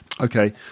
Okay